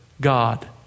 God